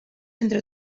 entre